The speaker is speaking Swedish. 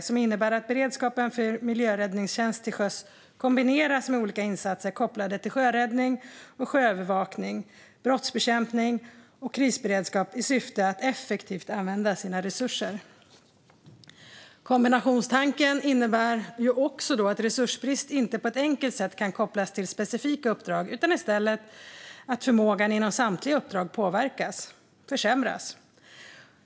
Detta innebär att beredskapen för miljöräddningstjänst till sjöss kombineras med olika insatser kopplade till sjöräddning, sjöövervakning, brottsbekämpning och krisberedskap i syfte att effektivt använda resurserna. Kombinationstanken innebär att resursbrist inte på ett enkelt sätt kan kopplas till specifika uppdrag utan i stället att förmågan inom samtliga uppdrag påverkas eller försämras.